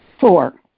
Four